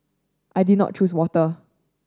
I did not choose water